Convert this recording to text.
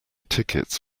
tickets